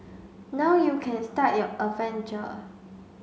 now you can start your adventure